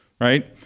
Right